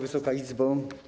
Wysoka Izbo!